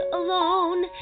alone